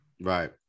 Right